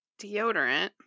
deodorant